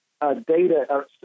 Data